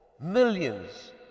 Millions